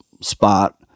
spot